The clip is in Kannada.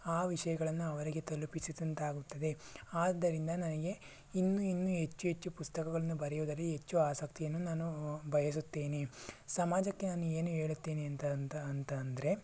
ಆ ವಿಷಯಗಳನ್ನು ಅವರಿಗೆ ತಲುಪಿಸಿದಂತಾಗುತ್ತದೆ ಆದ್ದರಿಂದ ನನಗೆ ಇನ್ನೂ ಇನ್ನೂ ಹೆಚ್ಚು ಹೆಚ್ಚು ಪುಸ್ತಕಗಳನ್ನು ಬರೆಯುವುದರಲ್ಲಿ ಹೆಚ್ಚು ಆಸಕ್ತಿಯನ್ನು ನಾನು ಬಯಸುತ್ತೇನೆ ಸಮಾಜಕ್ಕೆ ನಾನು ಏನು ಹೇಳುತ್ತೇನೆ ಅಂತ ಅಂತ ಅಂತ ಅಂದರೆ